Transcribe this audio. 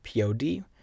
pod